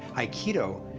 aikido,